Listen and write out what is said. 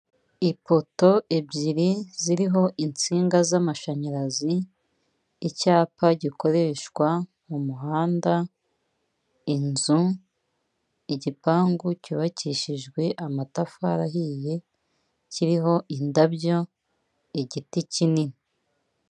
Ipoto ebyiri ziriho insinga z'amashanyarazi, icyapa gikoreshwa mu muhanda, inzu igipangu cyubakishijwe amatafari ahiye, kiriho indabyo igiti kinini.